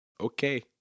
Okay